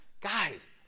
guys